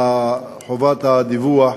לחובת הדיווח,